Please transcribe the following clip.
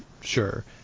sure